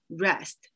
rest